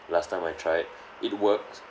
last time I tried it works